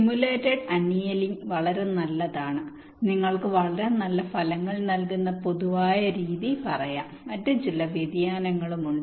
simulated annealing വളരെ നല്ലതാണ് നിങ്ങൾക്ക് വളരെ നല്ല ഫലങ്ങൾ നൽകുന്ന പൊതുവായ രീതി പറയാം മറ്റ് ചില വ്യതിയാനങ്ങളും ഉണ്ട്